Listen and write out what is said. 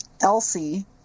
elsie